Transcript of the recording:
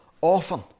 often